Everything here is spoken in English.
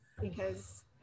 because-